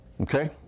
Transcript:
Okay